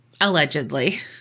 allegedly